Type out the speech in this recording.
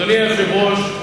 אדוני היושב-ראש,